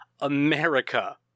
America